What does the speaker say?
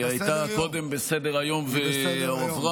היא הייתה קודמת בסדר-היום והועברה.